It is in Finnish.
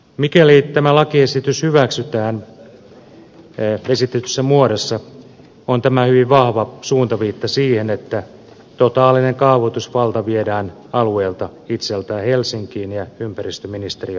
mikäli tämä lakiesitys hyväksytään esitetyssä muodossa on tämä hyvin vahva suuntaviitta siihen että totaalinen kaavoitusvalta viedään alueelta itseltään helsinkiin ja ympäristöministeriön bunkkereihin